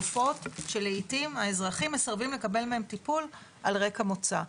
רופאות שלעיתים האזרחים מסרבים לקבל מהם טיפול על רקע מוצא.